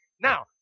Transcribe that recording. Now